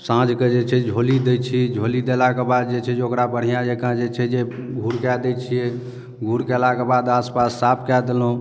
साँझकऽ जे छै झोली दै छी झोली देलाके बाद जे छै जे ओकरा बढ़िआँ जँका जे छै जे घूर कए दै छियै घूर कयलाके बाद आसपास साफ कए देलहुँ